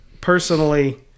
personally